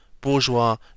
bourgeois